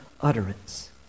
utterance